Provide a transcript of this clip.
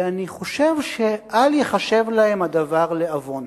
ואני חושב שאל ייחשב להם הדבר לעוון.